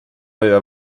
aveva